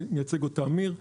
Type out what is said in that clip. שמיוצגת על-ידי אמיר ניצן,